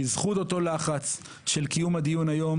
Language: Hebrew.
בזכות אותו לחץ של קיום הדיון היום